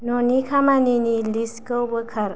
न'नि खामानिनि लिस्तखौ बोखार